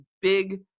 big